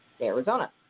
Arizona